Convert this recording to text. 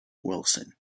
willson